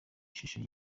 ishusho